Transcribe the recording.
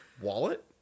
wallet